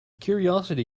curiosity